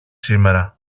σήμερα